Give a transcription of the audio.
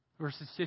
Verses